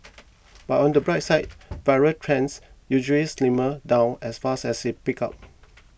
but on the bright side viral trends usually slimmer down as fast as it peaks up